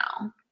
now